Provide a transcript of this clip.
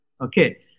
Okay